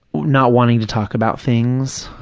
not wanting to talk about things,